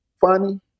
funny